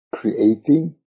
creating